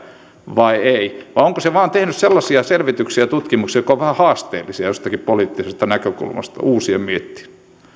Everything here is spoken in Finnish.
vai ei vai onko se vain tehnyt sellaisia selvityksiä ja tutkimuksia jotka ovat vähän haasteellisia jostakin poliittisesta näkökulmasta uusia mietittäviä